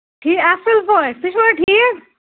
ٹھیٖک اَصٕل پٲٹھۍ تُہۍ چھُوا ٹھیٖک